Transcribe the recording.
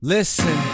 Listen